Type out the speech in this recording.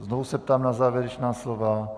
Znovu se ptám na závěrečná slova.